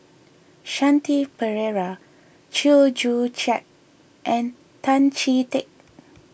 Shanti Pereira Chew Joo Chiat and Tan Chee Teck